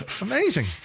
Amazing